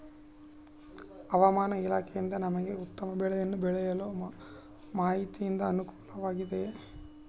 ಹವಮಾನ ಇಲಾಖೆಯಿಂದ ನಮಗೆ ಉತ್ತಮ ಬೆಳೆಯನ್ನು ಬೆಳೆಯಲು ಮಾಹಿತಿಯಿಂದ ಅನುಕೂಲವಾಗಿದೆಯೆ?